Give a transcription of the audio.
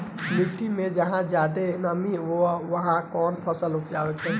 मिट्टी मे जहा जादे नमी बा उहवा कौन फसल उपजावल सही रही?